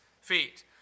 feet